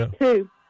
Two